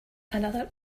another